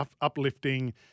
uplifting